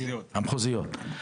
המחוזיות.